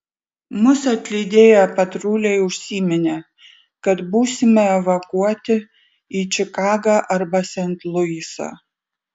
mus atlydėję patruliai užsiminė kad būsime evakuoti į čikagą arba sent luisą